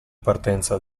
partenza